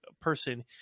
person